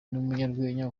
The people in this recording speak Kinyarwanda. n’umunyarwenya